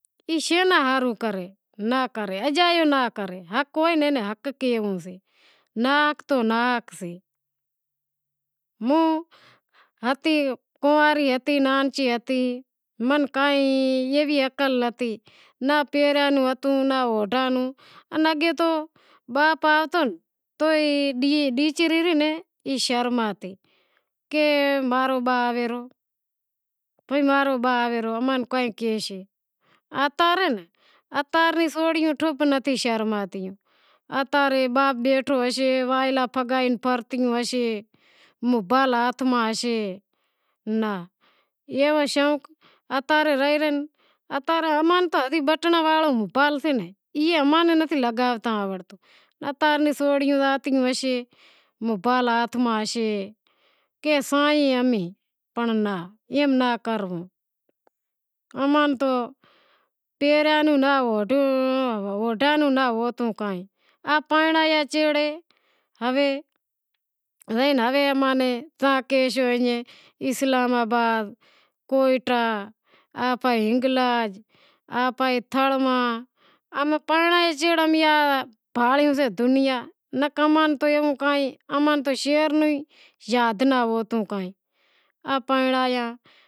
اے شے لا ہاروں کرے ناں کرو، اجایو ناں کر، حق ہوئے تو اوئے ناں حق کہنوو سے ناحق تو ناحق سے، موں ہتی کنواری ہتی نانچی ہتی من کائی ایوی عقل ہتی ناں پہرنڑ نو ہتو ناں اوڈھنڑ نو اگے تو باپ آوتو تو شرماتی کے ماں رو با آوے ریو ماں ناں کائیں کاہشے اتا رے سوریوں ٹھپ نتھیوں شرماتیوں اتارے باپ بیٹھو ہوسے وائلا پھگائے پرتیوں ہوسیں، موبائیل ہتھ میں ہوئیسے اتا رے بٹناں واڑو موبائیل سے ای اماں نیں نتھی لگاوتو اتاریوں سوریوں زاتیوں ہوسیں موبائیل ہاتھ میں ہوئسے پنڑ ناں کروو ماں نی تو پہریاں نو ناں اوڈھایا نو ناں ہوتو ماں نی تو شہر بھی کائیں یاد ناں ہوتو